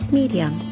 medium